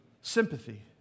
Sympathy